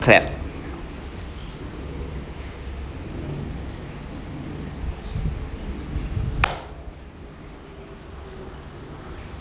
clap